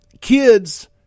kids